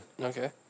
Okay